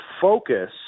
focus